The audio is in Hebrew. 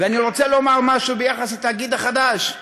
אני רוצה לומר משהו ביחס לתאגיד החדש.